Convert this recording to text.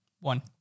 One